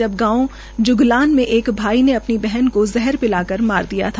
जब गांव ज्गलान में एक भाई ने अपनी बहन को जहर पिलाकर मार दिया था